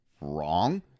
wrong